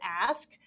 ask